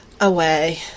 away